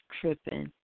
tripping